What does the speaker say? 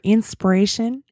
Inspiration